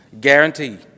Guaranteed